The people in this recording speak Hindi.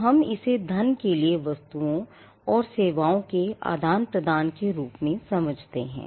तो हम इसे धन के लिए वस्तुओं और सेवाओं के आदान प्रदान के रूप में समझते हैं